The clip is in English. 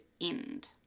end